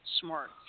Smart